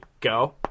go